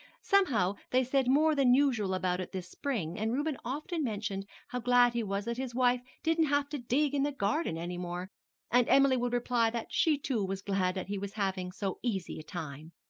somehow they said more than usual about it this spring, and reuben often mentioned how glad he was that his wife didn't have to dig in the garden any more and emily would reply that she, too, was glad that he was having so easy a time.